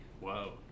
Whoa